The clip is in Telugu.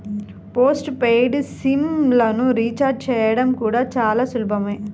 పోస్ట్ పెయిడ్ సిమ్ లను రీచార్జి చేయడం కూడా చాలా సులభమే